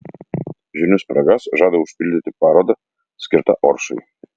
žinių spragas žada užpildyti paroda skirta oršai